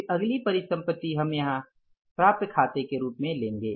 फिर अगली परिसंपत्ति हम यहाँ खाते के प्राप्य के रूप में लेंगे